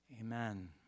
amen